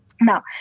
Now